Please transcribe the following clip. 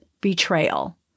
betrayal